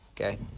okay